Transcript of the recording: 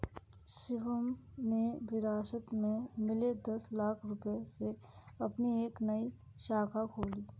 शिवम ने विरासत में मिले दस लाख रूपए से अपनी एक नई शाखा खोली